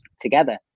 together